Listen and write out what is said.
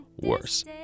worse